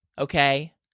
Okay